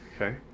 okay